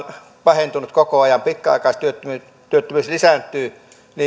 pahentunut koko ajan pitkäaikaistyöttömyys lisääntyy niin